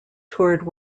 toured